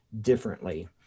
differently